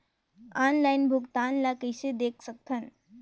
Online भुगतान ल कइसे देख सकथन?